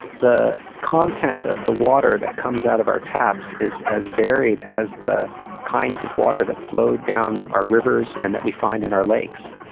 the content of the water that comes out of our taps is as varied as the kinds of water that flow down our rivers and that we find in our lakes.